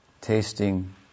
tasting